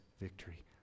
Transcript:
victory